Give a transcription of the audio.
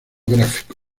gráfico